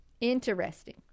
interesting